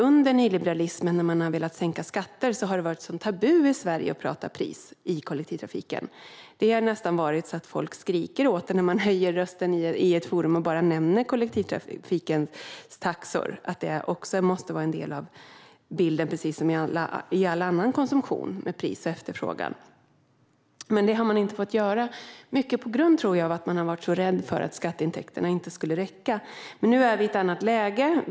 Under nyliberalismen, då man har velat sänka skatter, har det varit tabu i Sverige att tala om pris i kollektivtrafiken. Folk nästan skriker åt en när man höjer rösten i ett forum och bara nämner att också kollektivtrafikens taxor måste vara en del av bilden. Precis som vid alla annan konsumtion finns det där ett samband mellan pris och efterfrågan. Detta har vi inte fått diskutera, mycket på grund av, tror jag, att man har varit så rädd för att skatteintäkterna inte skulle räcka. Men nu är vi i ett annat läge.